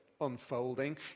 unfolding